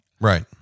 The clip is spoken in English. Right